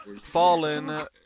fallen